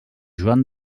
joan